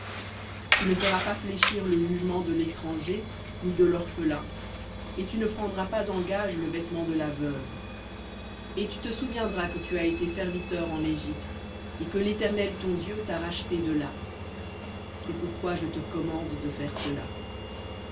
tu ne feras pas fléchir le jugement de l'étranger de l'orphelin et tu ne prendras pas en gage le vêtement de la veuve et tu te souviendras que tu as été serviteur en égypte et que l'éternel ton dieu t'a racheté de là c'est pourquoi je te commande de faire cela